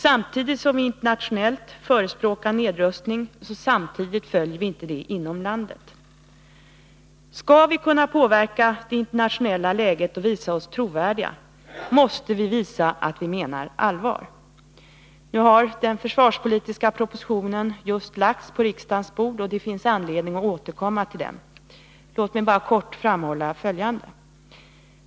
Samtidigt som vi i Sverige internationellt förespråkar nedrustning följer vi inte dessa rekommendationer inom landet. Men skall vi kunna påverka det internationella läget och visa oss trovärdiga, måste vi ju visa att vi menar allvar. Den försvarspolitiska propositionen har just lagts på riksdagens bord, och det finns anledning att återkomma till den. Låt mig nu bara helt kort framhålla följande.